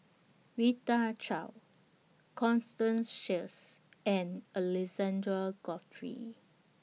Rita Chao Constance Sheares and Alexander Guthrie